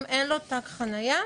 אם אין לו תג חניה,